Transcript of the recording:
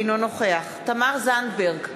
אינו נוכח תמר זנדברג,